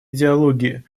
идеологии